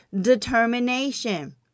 determination